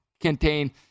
contain